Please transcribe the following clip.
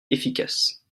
efficaces